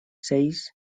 seis